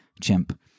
chimp